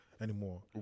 anymore